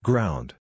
Ground